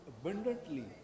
abundantly